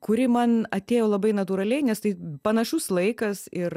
kuri man atėjo labai natūraliai nes tai panašus laikas ir